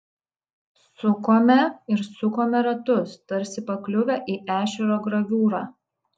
sukome ir sukome ratus tarsi pakliuvę į ešerio graviūrą